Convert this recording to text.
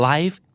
Life